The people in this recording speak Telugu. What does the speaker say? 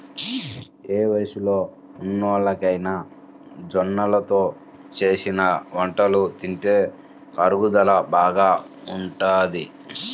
ఏ వయస్సులో ఉన్నోల్లకైనా జొన్నలతో చేసిన వంటలు తింటే అరుగుదల బాగా ఉంటది